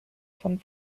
von